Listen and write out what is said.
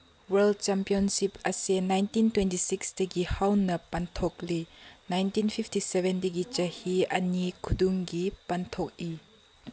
world championship ꯑꯁꯤ nineteen twenty ꯁꯤꯛꯁꯇꯒꯤ ꯍꯧꯅ ꯄꯥꯡꯊꯣꯛꯂꯤ ꯅꯥꯏꯟꯇꯤꯟ ꯐꯤꯞꯇꯤ ꯁꯚꯦꯟꯗꯒꯤ ꯆꯍꯤ ꯑꯅꯤ ꯈꯨꯗꯤꯡꯒꯤ ꯄꯥꯡꯊꯣꯛꯏ